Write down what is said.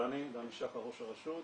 דני שחר ראש הרשות,